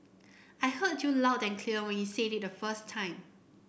I heard you loud and clear when you said it the first time